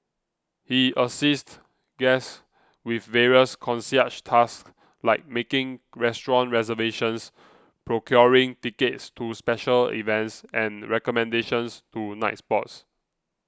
he assists guests with various concierge tasks like making restaurant reservations procuring tickets to special events and recommendations to nightspots